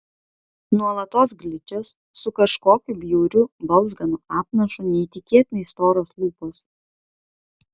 nuolatos gličios su kažkokiu bjauriu balzganu apnašu neįtikėtinai storos lūpos